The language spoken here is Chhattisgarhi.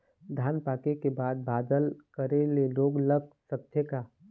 धान पाके के बाद बादल करे ले रोग लग सकथे का?